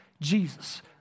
Jesus